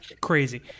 crazy